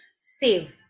save